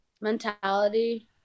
mentality